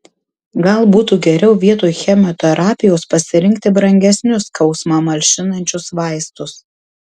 gal būtų geriau vietoj chemoterapijos pasirinkti brangesnius skausmą malšinančius vaistus